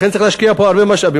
לכן צריך להשקיע פה הרבה משאבים.